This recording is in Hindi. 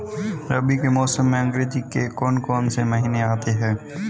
रबी के मौसम में अंग्रेज़ी के कौन कौनसे महीने आते हैं?